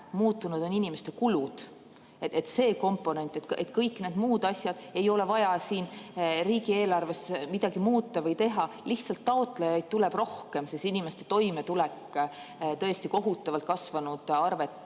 Muutunud on inimeste kulud, see komponent. Kõik need muud asjad – ei ole vaja siin riigieelarves midagi muuta või teha. Lihtsalt taotlejaid tuleb rohkem, sest inimeste toimetulek on tõesti kohutavalt kasvanud